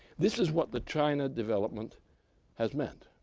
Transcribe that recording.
this is what the china development has meant,